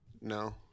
No